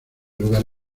lugar